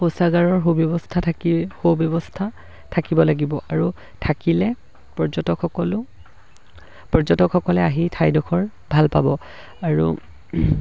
শৌচাগাৰৰ সুব্যৱস্থা থাকি সুব্যৱস্থা থাকিব লাগিব আৰু থাকিলে পৰ্যটকসকলেও পৰ্যটকসকলে আহি ঠাইডোখৰ ভাল পাব আৰু